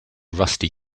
rusty